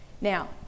Now